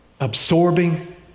absorbing